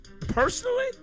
personally